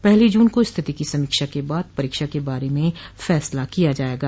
पहली जून को स्थिति की समीक्षा के बाद परीक्षा के बारे में फैसला किया जायेगा